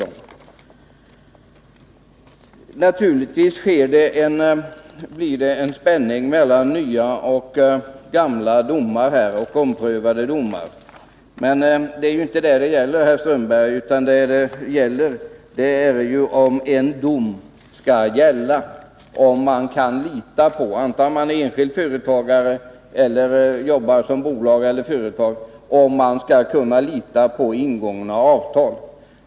Det blir givetvis en spänning mellan nya och gamla domar och omprövade domar. Men det är inte vad det gäller utan om en dom skall ha giltighet. Frågan är om ett företag — en enskild företagare eller ett bolag — kar lita på ingångna avtal.